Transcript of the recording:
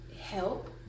help